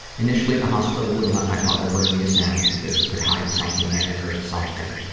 initially the hospital wouldn't let my father bring me a sandwich because he could hide something in it or something.